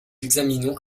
examinons